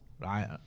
right